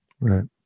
Right